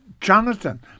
Jonathan